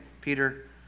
Peter